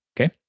okay